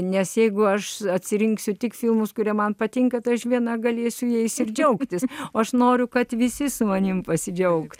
nes jeigu aš atsirinksiu tiks filmus kurie man patinka tai aš viena galėsiu jais ir džiaugtis o aš noriu kad visi su manimi pasidžiaugti